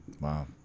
Wow